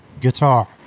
Guitar